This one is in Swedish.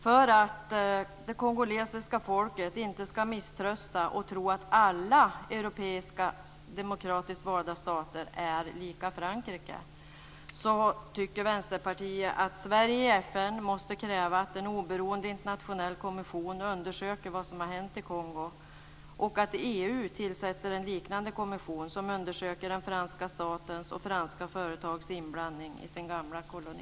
För att det kongolesiska folket inte ska misströsta och tro att alla europeiska demokratiska stater är lika Frankrike tycker Vänsterpartiet att Sverige i FN måste kräva att en oberoende internationell kommission undersöker vad som har hänt i Kongo och att EU tillsätter en liknande kommission som undersöker den franska statens och franska företags inblandning i sin gamla koloni.